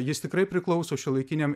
jis tikrai priklauso šiuolaikiniam